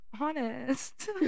honest